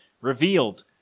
revealed